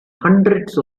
hundreds